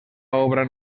obra